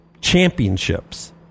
championships